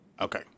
okay